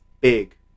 big